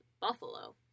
Buffalo